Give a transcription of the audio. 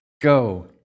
Go